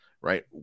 right